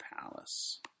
Palace